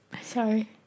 sorry